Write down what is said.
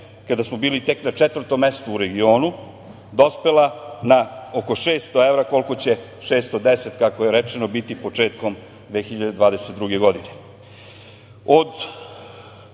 kada smo bili tek na četvrtom mestu u regionu, dospela na oko 600 evra koliko će 610, kako je rečeno, biti početkom 2022. godine. Od